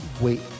wait